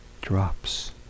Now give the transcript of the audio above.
drops